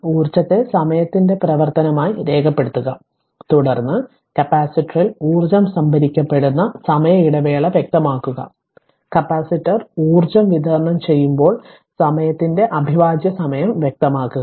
ഊർജ്ജത്തെ സമയത്തിന്റെ പ്രവർത്തനമായി രേഖപ്പെടുത്തുക തുടർന്ന് കപ്പാസിറ്ററിൽ ഊർജ്ജം സംഭരിക്കപ്പെടുന്ന സമയ ഇടവേള വ്യക്തമാക്കുക കപ്പാസിറ്റർ ഊർജ്ജം വിതരണം ചെയ്യുമ്പോൾ സമയത്തിന്റെ അവിഭാജ്യ സമയം വ്യക്തമാക്കുക